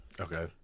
Okay